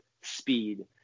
speed